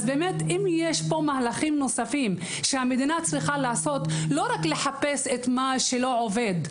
יש פה מהלכים נוספים שהמדינה צריכה לעשות ולא רק לחפש מה לא עובד.